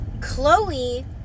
Chloe